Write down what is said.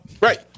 Right